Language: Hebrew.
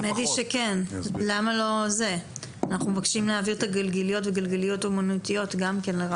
אנחנו מבקשים את הגלגיליות והגלגיליות האומנותיות גם לרמה ראשונה.